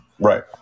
Right